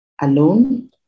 alone